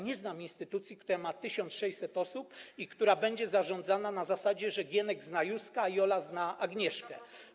Nie znam instytucji, która liczy 1600 osób i która będzie zarządzana na zasadzie, że Gienek zna Józka, a Jola zna Agnieszkę.